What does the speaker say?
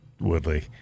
Woodley